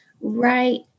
right